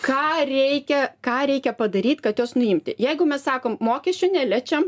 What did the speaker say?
ką reikia ką reikia padaryt kad juos nuimti jeigu mes sakom mokesčių neliečiam